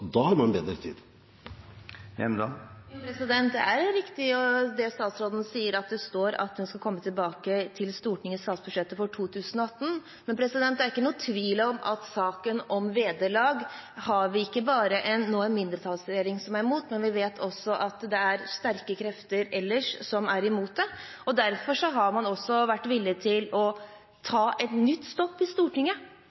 da har man bedre tid. Det er riktig, det statsråden sier, at det står at en skal komme tilbake til Stortinget i statsbudsjettet for 2018, men det er ikke noen tvil om at når det gjelder saken om vederlag, har vi nå ikke bare en mindretallsregjering som er imot, vi vet også at det er sterke krefter ellers som er imot det. Derfor har man vært villig til å